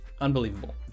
Unbelievable